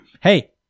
Hey